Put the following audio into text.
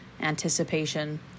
anticipation